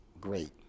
great